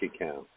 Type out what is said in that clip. account